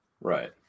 Right